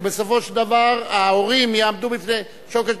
ובסופו של דבר ההורים יעמדו בפני שוקת,